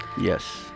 Yes